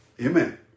amen